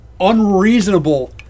unreasonable